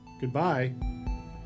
Goodbye